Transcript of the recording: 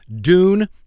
Dune